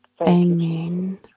Amen